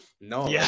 no